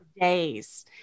days